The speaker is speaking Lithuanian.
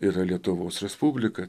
yra lietuvos respublika